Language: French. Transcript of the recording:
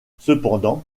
cependant